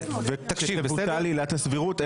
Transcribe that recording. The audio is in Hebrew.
--- עילת הסבירות.